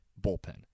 bullpen